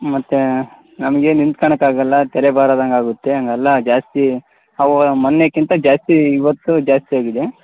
ಮತ್ತೆ ನಮಗೆ ನಿಂತ್ಕೊಳೋಕಾಗಲ್ಲ ತಲೆ ಭಾರ ಆದಂಗೆ ಆಗುತ್ತೆ ಹಾಗೆಲ್ಲ ಜಾಸ್ತಿ ಅವು ಮೊನ್ನೆಗಿಂತ ಜಾಸ್ತಿ ಇವತ್ತು ಜಾಸ್ತಿ ಆಗಿದೆ